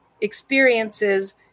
experiences